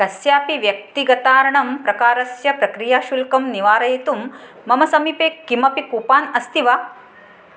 कस्यापि व्यक्तिगतर्णम् प्रकारस्य प्रक्रियाशुल्कं निवारयितुं मम समीपे किमपि कूपान् अस्ति वा